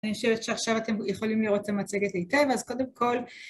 אני חושבת שעכשיו אתם יכולים לראות את המצגת היטב, אז קודם כל...